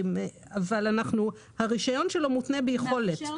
הרישיון שלו מותנה ביכולת.